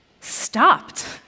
stopped